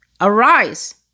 Arise